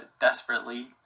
desperately